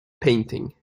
painting